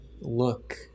look